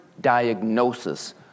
diagnosis